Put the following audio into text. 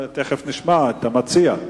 תיכף נשמע את המציע.